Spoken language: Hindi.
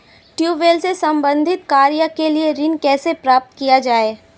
ट्यूबेल से संबंधित कार्य के लिए ऋण कैसे प्राप्त किया जाए?